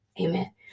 amen